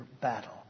battle